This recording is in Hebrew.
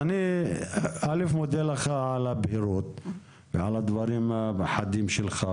אני מודה לך על הבהירות ועל הדברים החדים שלך,